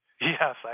Yes